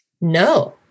No